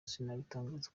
sinabitangaza